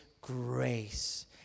grace